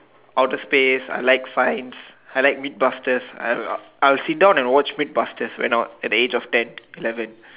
outer space I like science I like mid busters I I'll sit down and watch mid busters when I was at the age of ten eleven